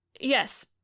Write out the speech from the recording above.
Yes